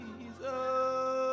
Jesus